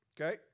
Okay